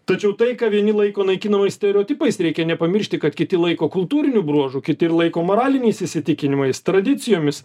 tačiau tai ką vieni laiko naikinamais stereotipais reikia nepamiršti kad kiti laiko kultūriniu bruožu kiti ir laiko moraliniais įsitikinimais tradicijomis